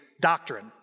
doctrine